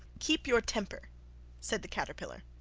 keep your temper said the caterpillar.